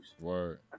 Word